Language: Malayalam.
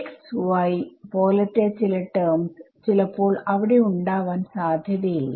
x y പോലത്തെ ചില ടെർമ്സ് ചിലപ്പോൾ അവിടെ ഉണ്ടാവാൻ സാധ്യത ഇല്ല